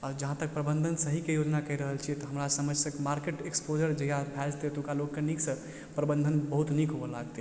जहाँ तक प्रबन्धन सहीके योजना कहि रहल छी तऽ हमरा समझसँ मार्केट एक्सपोज़र जहिया भए जेतै एतुका लोकके नीकसँ प्रबन्धन बहुत नीक हुव लागतै